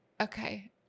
okay